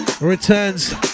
returns